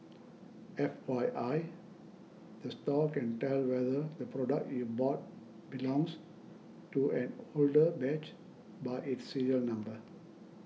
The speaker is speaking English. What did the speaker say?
F Y I the store can tell whether the product you bought belongs to an older batch by its serial number